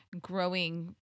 growing